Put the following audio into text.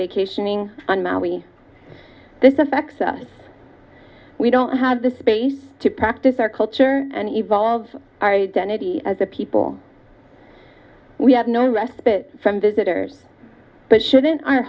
vacationing on maui this affects us we don't have the space to practice our culture and evolve our identity as a people we have no respite from visitors but shouldn't our